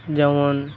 যেমন